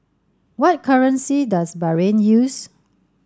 what currency does Bahrain use